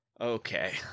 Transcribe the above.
Okay